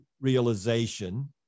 realization